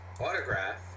autograph